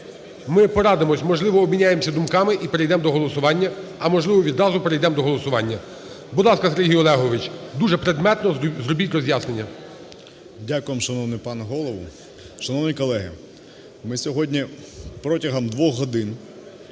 ми порадимось, можливо обміняємось думками і перейдемо до голосування, а можливо відразу перейдемо до голосування. Будь ласка, Сергію Олеговичу, дуже предметно зробіть роз'яснення. 16:07:12 АЛЄКСЄЄВ С.О. Дякую вам, шановний пане Голово. Шановні колеги, ми сьогодні протягом двох годин